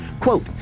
Quote